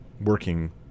working